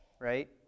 right